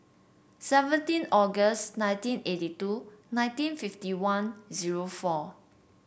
seventeen August nineteen eighty two nineteen fifty one zero four